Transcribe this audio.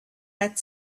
had